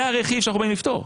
זה הרכיב שאנחנו באים לפטור.